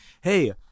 Hey